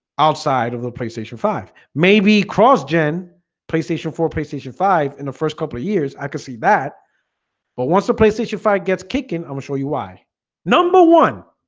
outside of the playstation five maybe cross-gen playstation four playstation five in the first couple of years i could see that but once the playstation fight gets kicking. i'ma show you why number one?